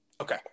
Okay